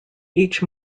each